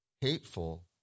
hateful